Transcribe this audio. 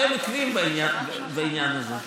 אתם עקביים בעניין הזה,